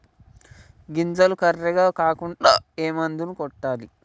గింజలు కర్రెగ కాకుండా ఏ మందును కొట్టాలి?